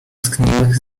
zgniłych